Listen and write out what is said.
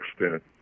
extent